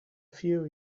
few